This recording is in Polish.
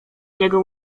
niego